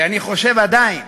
כי אני חושב שעדיין